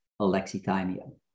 alexithymia